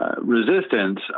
Resistance